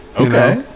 Okay